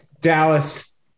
Dallas